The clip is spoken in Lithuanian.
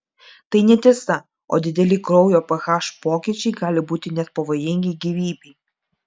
tai netiesa o dideli kraujo ph pokyčiai gali būti net pavojingi gyvybei